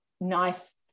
nice